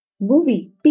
Movie